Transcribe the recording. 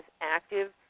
active